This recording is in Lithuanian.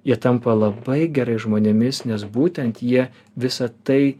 jie tampa labai gerais žmonėmis nes būtent jie visa tai